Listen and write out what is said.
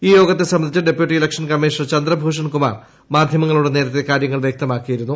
ഈ യോഗത്തെ സംബന്ധിച്ച് deputy election commissioner Chandrabhushan Kumar മാധ്യമങ്ങളോട് നേരത്തെ കാര്യങ്ങൾ വൃക്തമാക്കിയിരുന്നു